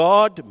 God